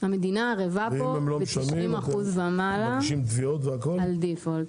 המדינה ערבה פה ב-90% ומעלה על דיפולט.